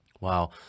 Wow